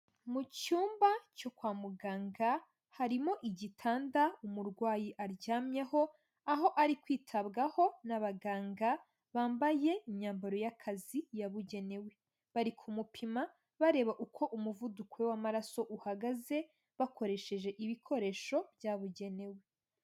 Mu cyumba cyo kwa muganga harimo igitanda umurwayi aryamyeho, aho ari kwitabwaho n'abaganga bambaye imyambaro y'akazi yabugenewe, bari kumupima bareba uko umuvuduko w'amaraso uhagaze bakoresheje ibikoresho byabugenewe.